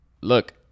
look